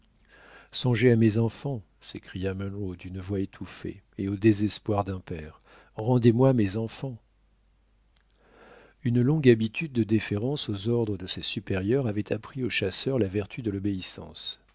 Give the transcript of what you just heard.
songez à mes enfants s'écria munro d'une voix étouffée et au désespoir d'un père rendez-moi mes enfants une longue habitude de déférence aux ordres de ses supérieurs avait appris au chasseur la vertu de l'obéissance